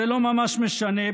זה לא ממש משנה,